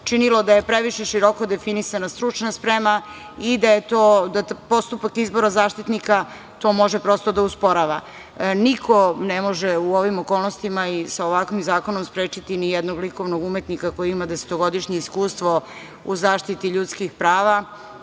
činilo da je previše široko definisana stručna sprema i da je postupak izbora Zaštitnika građana može prosto da usporava. Niko ne može u ovim okolnostima i sa ovakvim zakonom sprečiti ni jednog likovnog umetnika koji ima desetogodišnje iskustvo u zaštiti ljudskih prava,